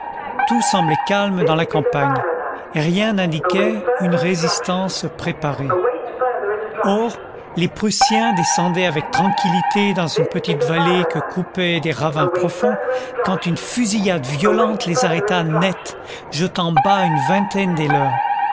tout semblait calme dans la campagne rien n'indiquait une résistance préparée or les prussiens descendaient avec tranquillité dans une petite vallée que coupaient des ravins profonds quand une fusillade violente les arrêta net jetant bas une vingtaine des leurs